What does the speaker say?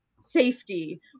safety